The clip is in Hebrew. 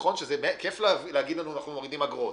נכון שכיף לנו להגיד שאנחנו מורידים אגרות.